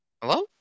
Hello